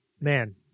man